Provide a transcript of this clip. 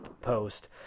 post